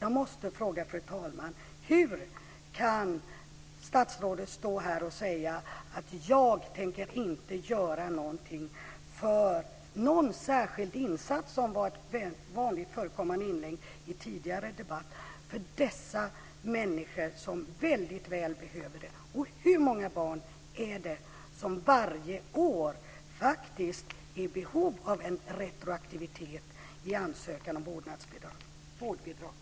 Jag måste fråga: Hur kan statsrådet stå här och säga att hon inte tänker göra någon särskild insats, vilket var ett vanligt förekommande uttryck i den tidigare debatten, för dessa människor som väldigt väl behöver det? Och hur många barn är det som varje år faktiskt är i behov av en retroaktivitet när det gäller ansökan om vårdbidrag?